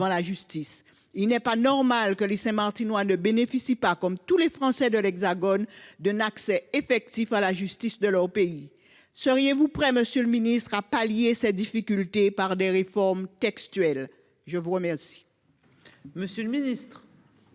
la justice. Il n'est pas normal que les Saint-Martinois ne bénéficient pas, comme tous les Français de l'Hexagone, d'un accès effectif à la justice de leur pays. Seriez-vous prêt, monsieur le ministre, à pallier ces difficultés par des réformes législatives ou réglementaires